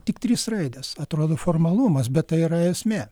tik trys raidės atrodo formalumas bet tai yra esmė